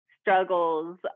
struggles